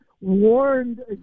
warned